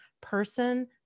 person